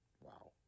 Wow